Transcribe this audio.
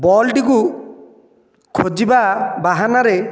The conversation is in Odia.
ବଲ୍ଟିକୁ ଖୋଜିବା ବାହାନାରେ